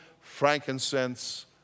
frankincense